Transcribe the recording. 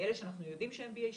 מאלה שאנחנו יודעים שהם BA2,